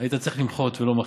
היית צריך למחות ולא מחית.